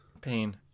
pain